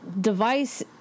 device